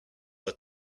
but